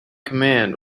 command